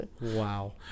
Wow